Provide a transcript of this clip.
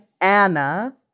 Anna